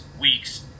weeks